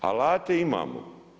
Alate imamo.